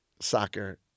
soccer